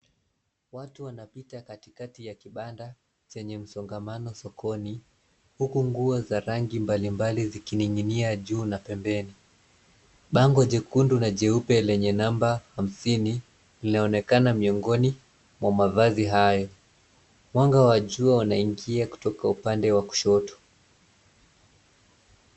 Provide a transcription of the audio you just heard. Watu wanapita katikati ya kibanda yenye msongamano sokoni huku nguo za rangi mbalimbali zikining'inia juu na pembeni. Bango jekundu na jeupe lenye namba hamsini linaonekana miongoni mwa mavazi hayo. Mwanga wa jua unaingia kutoka upande wa kushoto.